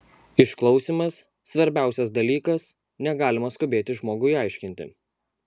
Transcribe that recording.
išklausymas svarbiausias dalykas negalima skubėti žmogui aiškinti